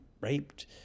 raped